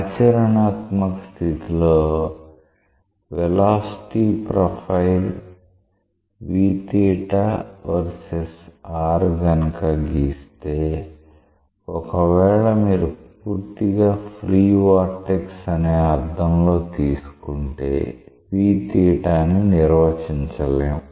ఆచరణాత్మక స్థితిలో velocity profile vs r కనుక గీస్తే ఒకవేళ మీరు పూర్తిగా ఫ్రీ వొర్టెక్స్ అనే అర్ధంలో తీసుకుంటే ని నిర్వచించలేం